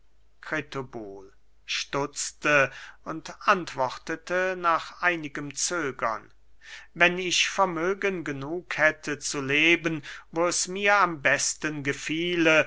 kritobul stutzte und antwortete nach einigem zögern wenn ich vermögen genug hätte zu leben wo es mir am besten gefiele